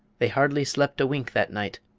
they hardly slept a wink that night,